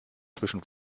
zwischen